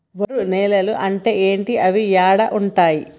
ఒండ్రు నేలలు అంటే ఏంటి? అవి ఏడ ఉంటాయి?